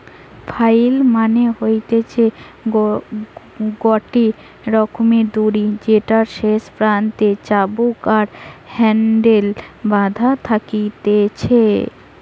flail মানে হতিছে গটে রকমের দড়ি যেটার শেষ প্রান্তে চাবুক আর হ্যান্ডেল বাধা থাকতিছে